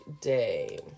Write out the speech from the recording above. day